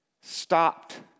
Stopped